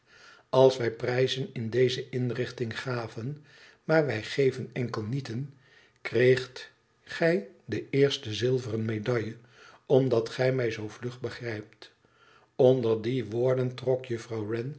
als wij prijzen in deze inrichting gaven maar wij geven enkel nieten kreegtgij de eerste zilveren medaille omdat gij mij zoo vlug begrijpt onder die woorden trok juffrouw